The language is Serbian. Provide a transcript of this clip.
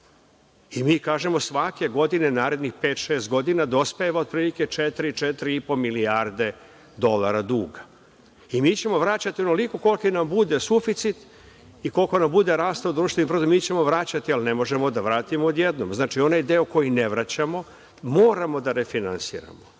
Mi kažemo svake godine narednih pet, šest godina dospeva otprilike četiri, četiri i po milijarde dolara duga. Mi ćemo vraćati onoliko koliki nam bude suficit i koliko nam bude rastao društveni bruto proizvod, mi ćemo vraćati, ali ne možemo da vratimo odjednom. Znači, onaj deo koji ne vraćamo moramo da refinansiramo. Ono